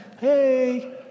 Hey